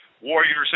warriors